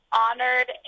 honored